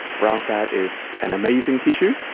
brown fat is an amazing tissue.